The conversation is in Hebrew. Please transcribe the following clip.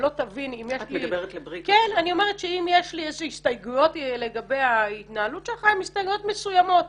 אם יש לי הסתייגויות לגבי ההתנהלות שלך הן הסתייגויות מסוימות.